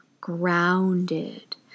grounded